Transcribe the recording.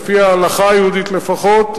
לפי ההלכה היהודית לפחות,